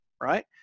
right